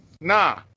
Nah